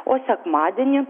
o sekmadienį